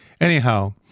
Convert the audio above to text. Anyhow